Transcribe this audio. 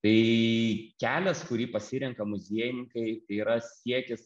tai kelias kurį pasirenka muziejininkai tai yra siekis